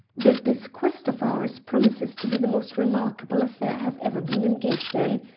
that this quest of ours promises to be the most remarkable affair i have ever been engaged in.